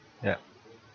yup